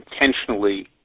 intentionally